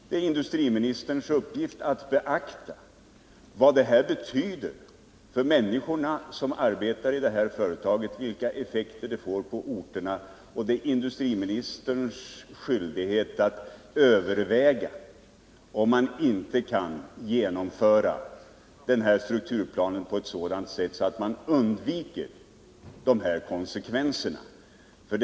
Det är industriministerns uppgift att beakta vad det här betyder för de människor som arbetar i företaget och vilka effekter det får på orterna, och det är industriministerns skyldighet att överväga om strukturplanen inte kan genomföras på ett sådant sätt att man undviker dessa konsekvenser.